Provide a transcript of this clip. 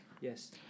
Yes